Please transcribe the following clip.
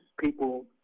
people